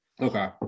Okay